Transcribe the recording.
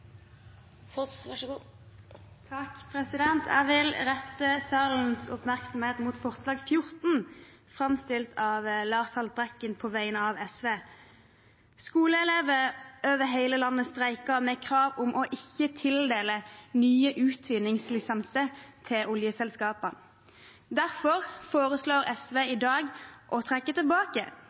Jeg vil rette salens oppmerksomhet mot forslag nr. 14, fremmet av Lars Haltbrekken på vegne av SV. Skoleelever over hele landet streiker, med krav om ikke å tildele nye utvinningslisenser til oljeselskapene. Derfor foreslår SV i dag å trekke tilbake